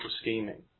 scheming